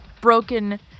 broken